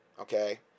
okay